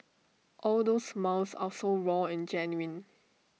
all those smiles are so raw and genuine